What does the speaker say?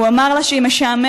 הוא אמר לה שהיא משעממת.